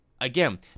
Again